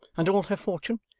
and all her fortune,